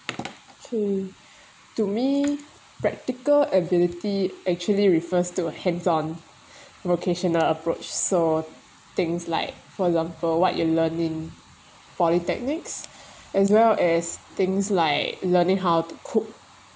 hmm to me practical ability actually refers to a hands-on vocational approach so things like for example what you're learning polytechnics as well as things like learning how to cook